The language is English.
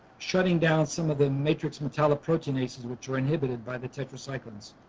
shutting down some of the matrix metalloproteinases which are inhibited by the tetracyclines.